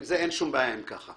עם זה אין שום בעיה, אם כך.